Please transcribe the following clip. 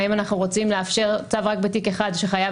האם אנחנו רוצים לאפשר צו רק בתיק אחד שחייב